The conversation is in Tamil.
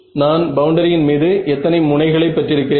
நான் பவுண்டரியின் மீது எத்தனை முனைகளை பெற்றிருக்கிறேன்